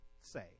say